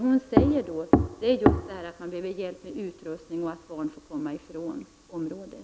Hon säger att man behöver hjälp med utrustning och med att barnen får komma ifrån området.